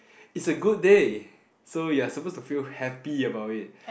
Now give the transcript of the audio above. it's a good day so you are supposed to feel happy about it